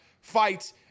fights